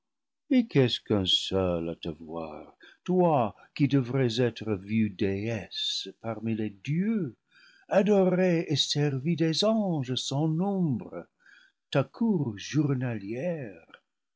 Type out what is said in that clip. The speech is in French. et qu'est-ce qu'un seul à te voir toi qui devrais être vue déesse parmi les dieux adorée et servie des anges sans nombre ta cour journalière